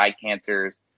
cancers